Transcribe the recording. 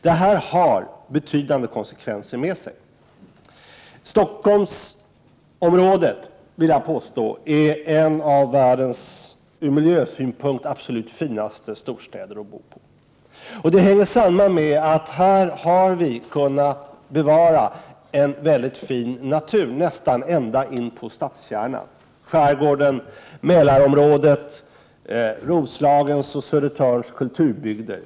Detta får betydande konsekvenser. Jag vill påstå att Stockholmsområdet är en av världens ur miljösynpunkt absolut finaste storstäder att bo i. Det hänger samman med att vi här har kunnat bevara en mycket fin natur nästan ända in på stadskärnan: skärgården, Mälarområdet, Roslagens och Södertörns kulturbygder.